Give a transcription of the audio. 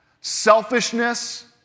selfishness